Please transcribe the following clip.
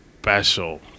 special